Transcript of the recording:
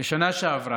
זו הפרוצדורה.